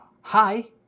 hi